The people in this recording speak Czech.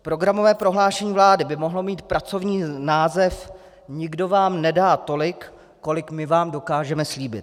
Programové prohlášení vlády by mohlo mít pracovní název Nikdo vám nedá tolik, kolik my vám dokážeme slíbit.